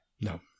No